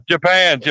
Japan